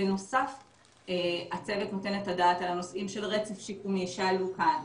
בנוסף הצוות נותן את הדעת על הנושאים של רצף שיקומי שעלו כאן,